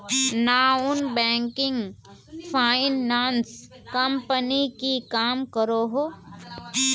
Non banking finance company की काम करोहो?